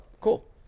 cool